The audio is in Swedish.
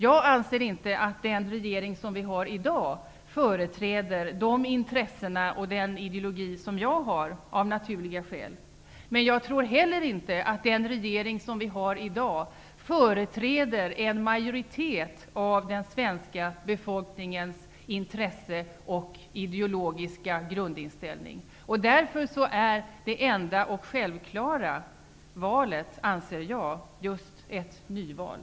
Jag anser inte, av naturliga skäl, att den nuvarande regeringen företräder de intressen och den ideologi som jag har. Jag tror heller inte att den regering som vi i dag har företräder intresset och den ideologiska grundinställningen hos en majoritet av den svenska befolkningen. Därför är enligt min mening det enda och självklara valet ett nyval.